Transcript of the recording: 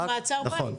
נכון.